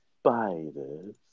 spiders